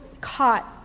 caught